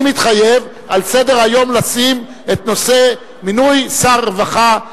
אני מתחייב לשים על סדר-היום את נושא מינוי שר הרווחה,